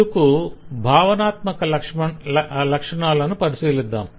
అందుకు భావనాత్మక లక్షణాలను పరిశీలిద్దాం